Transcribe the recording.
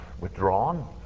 withdrawn